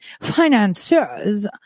financiers